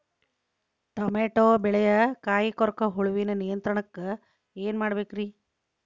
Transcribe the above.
Tomato ಬೆಳೆಯ ಕಾಯಿ ಕೊರಕ ಹುಳುವಿನ ನಿಯಂತ್ರಣಕ್ಕ ಏನ್ ಮಾಡಬೇಕ್ರಿ?